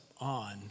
on